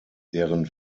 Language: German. deren